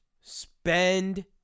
Spend